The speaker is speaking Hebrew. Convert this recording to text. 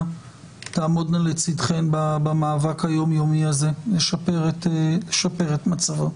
תעמודנה לצדכם במאבק היומיומי הזה לשפר את מצבו.